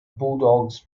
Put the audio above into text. bulldogs